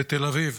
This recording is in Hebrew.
בתל אביב,